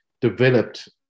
developed